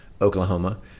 Oklahoma